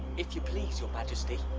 if you please, your majesty.